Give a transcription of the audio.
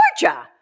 Georgia